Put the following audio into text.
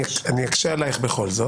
אני אקשה עלייך בכל זאת.